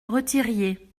retiriez